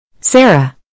Sarah